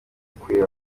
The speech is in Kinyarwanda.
kureba